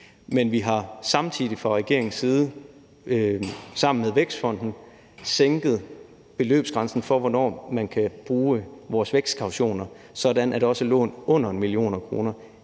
men vi har samtidig fra regeringens side sammen med Vækstfonden sænket beløbsgrænsen for, hvornår man kan bruge vores vækstkautioner, sådan at også lån under 1 mio. kr.